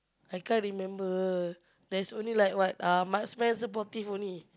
I can't remember there's only like what uh marksmen supportive only